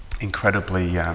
incredibly